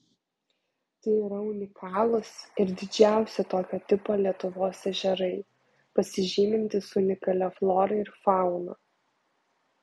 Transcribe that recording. tai yra unikalūs ir didžiausi tokio tipo lietuvos ežerai pasižymintys unikalia flora ir fauna